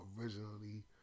originally